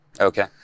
Okay